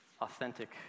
authentic